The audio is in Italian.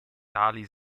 tali